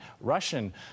Russian